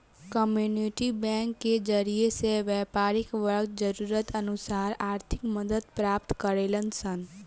community bank के जरिए से व्यापारी वर्ग जरूरत अनुसार आर्थिक मदद प्राप्त करेलन सन